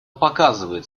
показывает